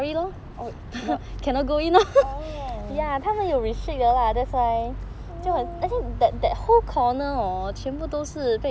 orh